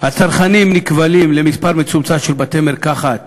הצרכנים נכבלים למספר מצומצם של בתי-מרקחת